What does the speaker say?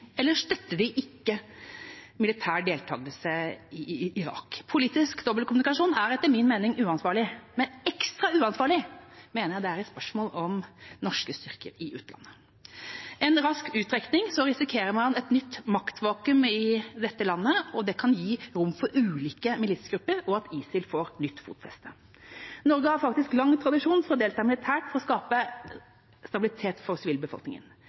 eller støtter de ikke militær deltakelse i Irak? Politisk dobbeltkommunikasjon er etter min mening uansvarlig, men ekstra uansvarlig mener jeg det er i spørsmål om norske styrker i utlandet. Med en rask uttrekking risikerer man et nytt maktvakuum i dette landet. Det kan gi rom for ulike militsgrupper, og at ISIL får nytt fotfeste. Norge har faktisk lang tradisjon for å delta militært for å skape stabilitet for sivilbefolkningen.